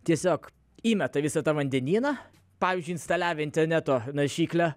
tiesiog įmeta į visą tą vandenyną pavyzdžiui instaliavę interneto naršyklę